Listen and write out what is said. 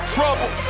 Trouble